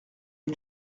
une